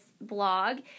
blog